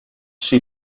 she